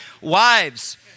Wives